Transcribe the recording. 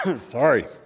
Sorry